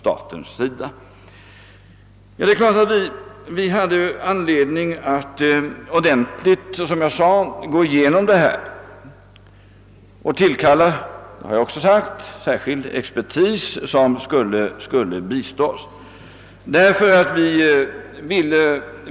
Ja, vi hade självfallet anledning, såsom jag framhållit, att noga utreda denna situation och vi tillkallade särskild expertis som skulle bistå oss i detta arbete.